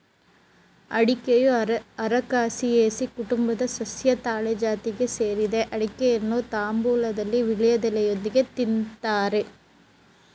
ಅಡಿಕೆಯು Arecaceae ಕುಟುಂಬದ ಸಸ್ಯ ತಾಳೆ ಜಾತಿಗೆ ಸೇರಿದೆ ಅಡಿಕೆಯನ್ನು ತಾಂಬೂಲದಲ್ಲಿ ವೀಳ್ಯದೆಲೆಯೊಂದಿಗೆ ತಿನ್ತಾರೆ